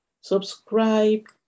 Subscribe